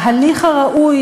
ההליך הראוי,